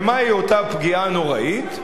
ומה היא אותה פגיעה נוראית?